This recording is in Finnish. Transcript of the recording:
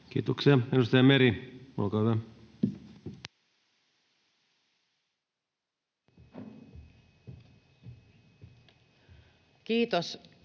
Kiitoksia. — Edustaja Meri, olkaa hyvä. [Speech